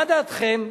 מה דעתכם?